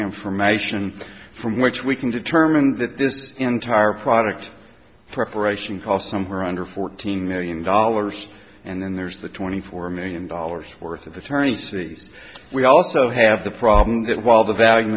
information from which we can determine that this entire product preparation cost somewhere under fourteen million dollars and then there's the twenty four million dollars worth of the tourney series we also have the problem that while the value